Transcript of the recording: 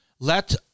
Let